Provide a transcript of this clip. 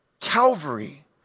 Calvary